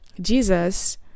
jesus